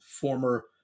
former